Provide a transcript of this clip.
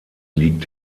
liegt